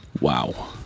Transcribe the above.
Wow